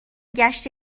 گشت